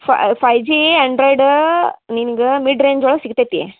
five G Android ನಿನ್ಗ mid range ಒಳಗೆ ಸಿಗ್ತೈತಿ